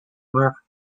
were